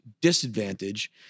disadvantage